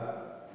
לרווחה?